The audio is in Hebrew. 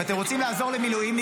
אם אתם רוצים לעזור למילואימניקים,